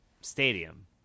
stadium